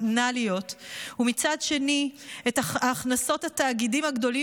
פרופורציונליות ומצד שני את הכנסות התאגידים הגדולים,